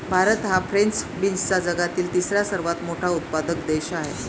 भारत हा फ्रेंच बीन्सचा जगातील तिसरा सर्वात मोठा उत्पादक देश आहे